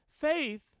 faith